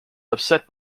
upset